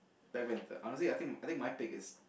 Black-Panther honesty I think my pick is